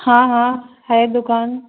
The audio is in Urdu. ہاں ہاں ہے دکان